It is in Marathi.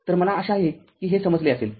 तर मला आशा आहे की हे समजले असेल